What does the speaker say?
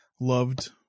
loved